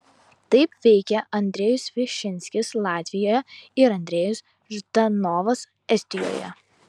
taip veikė andrejus višinskis latvijoje ir andrejus ždanovas estijoje